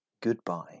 goodbye